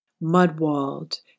mud-walled